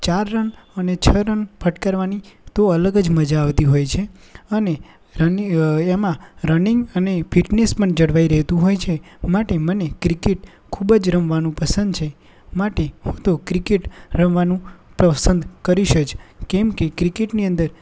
ચાર રન અને છ રન ફ્ટકારવાની તો અલગ જ મજા આવતી હોય છે અને રની એમાં રનિંગ અને ફિટનેસ પણ જળવાઈ રહેતું હોય છે માટે મને ક્રિકેટ ખૂબ જ રમવાનું પસંદ છે માટે હું તો ક્રિકેટ રમવાનું પસંદ કરીશ જ કેમકે ક્રિકેટની અંદર